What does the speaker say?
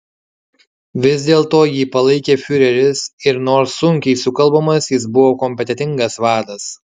vis dėlto jį palaikė fiureris ir nors sunkiai sukalbamas jis buvo kompetentingas vadas